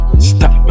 Stop